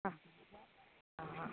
हा हाहा